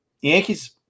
Yankees